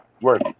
Work